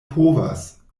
povas